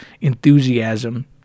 enthusiasm